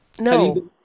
No